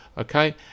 Okay